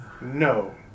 no